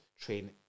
train